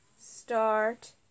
Start